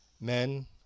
Men